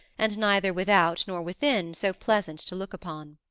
and neither without nor within so pleasant to look upon.